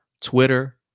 Twitter